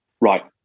Right